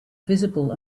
visible